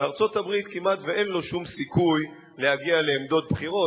בארצות-הברית כמעט שאין לו שום סיכוי להגיע לעמדות בכירות,